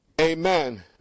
Amen